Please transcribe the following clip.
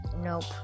nope